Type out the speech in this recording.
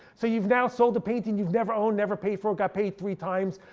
so you've now sold a painting you've never owned, never paid for, got paid three times,